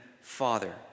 father